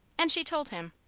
and she told him.